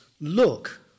look